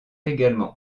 également